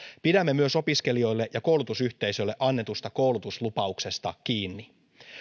pidämme myös opiskelijoille ja koulutusyhteisöille annetusta koulutuslupauksesta kiinni